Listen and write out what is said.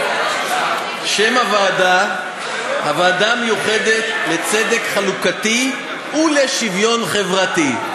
שם הוועדה: הוועדה המיוחדת לצדק חלוקתי ולשוויון חברתי.